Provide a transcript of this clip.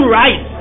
right